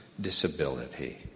disability